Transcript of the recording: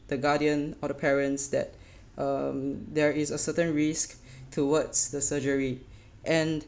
the guardian or the parents that um there is a certain risks towards the surgery and